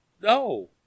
no